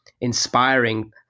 inspiring